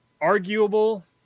arguable